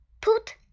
Put